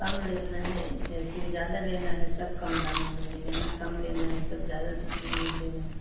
कम लेना है जैसे ज़्यादा लेना है तब कम दाम में मिलेगा कम लेना है तब ज़्यादा दाम में ले मिलेगा